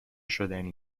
شدنی